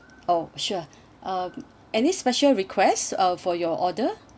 oh sure um any special requests uh for your order